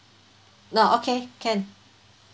now okay can